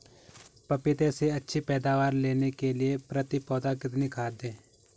पपीते से अच्छी पैदावार लेने के लिए प्रति पौधा कितनी खाद दें?